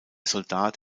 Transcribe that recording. soldat